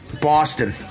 Boston